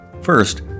First